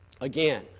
again